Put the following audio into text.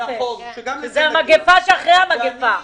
שהיא המגפה שאחרי המגפה.